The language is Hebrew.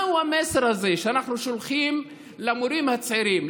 מהו המסר הזה שאנחנו שולחים למורים הצעירים,